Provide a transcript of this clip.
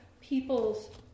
people's